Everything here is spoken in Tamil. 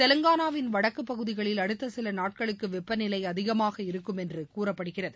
தெலங்கானாவின் வடக்கு பகுதிகளில் அடுத்த சில நாட்களக்கு வெப்பநிலை அதிகமாக இருக்கும் என்று கூறப்படுகிறது